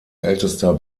ältester